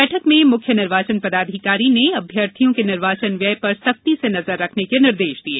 बैठक में मुख्य निर्वाचन पदाधिकारी ने अभ्यर्थियों के निर्वाचन व्यय पर सख्ती से नजर रखने के निर्देश दिये